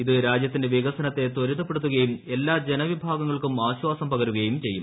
ഇത് രാജ്യത്തിന്റെ വികസനത്തെ ത്വരിതപ്പെടുത്തുകയും എല്ലാ ജനവിഭാഗങ്ങൾക്കും ആശ്വാസം പകരുകയും ചെയ്യും